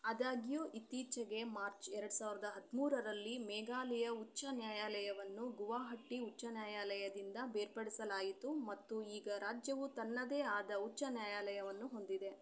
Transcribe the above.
ಆದಾಗ್ಯೂ ಇತ್ತೀಚೆಗೆ ಮಾರ್ಚ್ ಎರಡು ಸಾವಿರದ ಹದಿಮೂರರಲ್ಲಿ ಮೇಘಾಲಯ ಉಚ್ಚ ನ್ಯಾಯಾಲಯವನ್ನು ಗುವಾಹಟಿ ಉಚ್ಚ ನ್ಯಾಯಾಲಯದಿಂದ ಬೇರ್ಪಡಿಸಲಾಯಿತು ಮತ್ತು ಈಗ ರಾಜ್ಯವು ತನ್ನದೇ ಆದ ಉಚ್ಚ ನ್ಯಾಯಾಲಯವನ್ನು ಹೊಂದಿದೆ